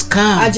come